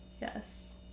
Yes